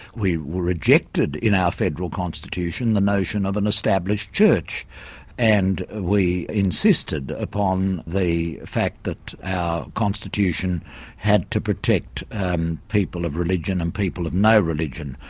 we rejected in our federal constitution the notion of an established church and we insisted upon the fact that our constitution had to protect and people of religion and people of no religion.